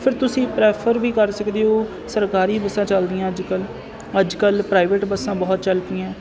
ਫਿਰ ਤੁਸੀਂ ਪ੍ਰੈਫਰ ਵੀ ਕਰ ਸਕਦੇ ਹੋ ਸਰਕਾਰੀ ਬੱਸਾਂ ਚੱਲਦੀਆਂ ਅੱਜ ਕੱਲ੍ਹ ਅੱਜ ਕੱਲ੍ਹ ਪ੍ਰਾਈਵੇਟ ਬੱਸਾਂ ਬਹੁਤ ਚੱਲ ਪਈਆਂ